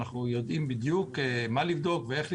אנחנו יודעים בדיוק מה לבדוק ואיך לבדוק.